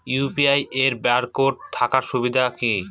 UPI এর barcode থাকার সুবিধে কি?